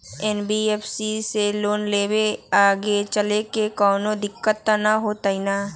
NBFC से loan लेबे से आगेचलके कौनो दिक्कत त न होतई न?